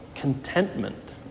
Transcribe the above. contentment